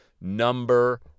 number